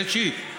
ראשית,